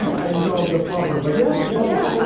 i didn't go on the fluffer, but. yeah, yeah yeah, yeah.